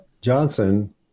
Johnson